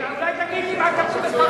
אולי תגיד לי מה כתוב שם?